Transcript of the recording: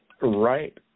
right